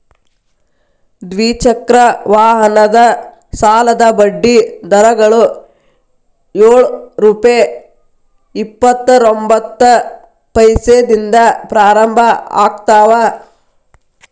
ದ್ವಿಚಕ್ರ ವಾಹನದ ಸಾಲದ ಬಡ್ಡಿ ದರಗಳು ಯೊಳ್ ರುಪೆ ಇಪ್ಪತ್ತರೊಬಂತ್ತ ಪೈಸೆದಿಂದ ಪ್ರಾರಂಭ ಆಗ್ತಾವ